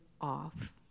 off